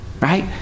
right